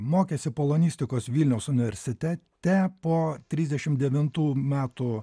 mokėsi polonistikos vilniaus universitete po trisdešimt devintų metų